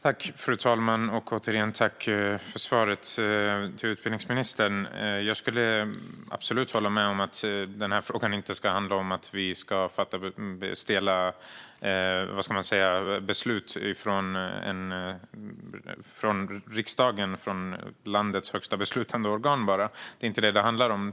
Fru talman! Återigen: Tack för svaret, utbildningsministern! Jag håller absolut med om att den här frågan inte bara ska handla om att vi ska fatta stela beslut från landets högst beslutande organ riksdagen. Det är inte vad detta handlar om.